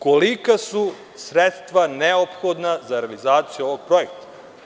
Kolika su sredstva neophodna za realizaciju ovog projekta?